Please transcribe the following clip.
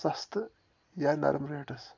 سَستہٕ یا نرم ریٹس